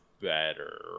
better